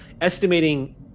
Estimating